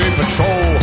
patrol